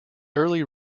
early